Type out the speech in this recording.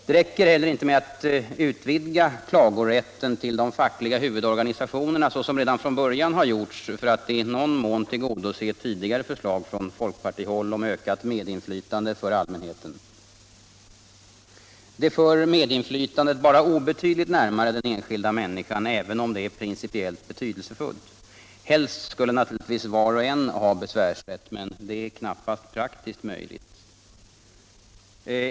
Det räcker heller inte med att utvidga klagorätten till de fackliga huvudorganisationerna, såsom redan från början har gjorts för att i någon mån tillgodose tidigare förslag från folkpartihåll om ökat medinflytande för allmänheten. Det för medinflytandet bara obetydligt närmare den enskilda människan, även om det är principiellt betydelsefullt. Helst skulle naturligtvis var och en ha besvärsrätt, men det är knappast praktiskt möjligt.